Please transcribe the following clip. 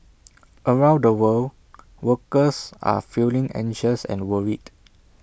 around the world workers are feeling anxious and worried